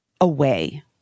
away